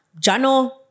jano